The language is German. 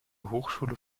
hochschule